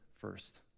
first